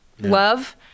love